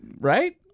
right